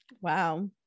Wow